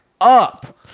up